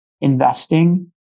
investing